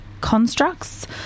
constructs